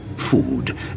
Food